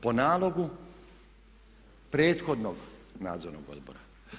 Po nalogu prethodnog nadzornog odbora.